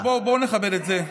בואו נכבד את זה.